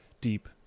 deep